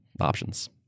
options